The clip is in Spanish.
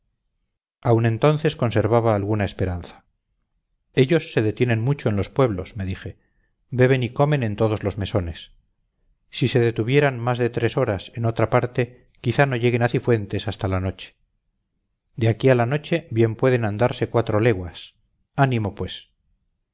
aún entonces conservaba alguna esperanza ellos se detienen mucho en los pueblos me dije beben y comen en todos los mesones si se detuvieran más de tres horas en otra parte quizás no lleguen a cifuentes hasta la noche de aquí a la noche bien pueden andarse cuatro leguas ánimo pues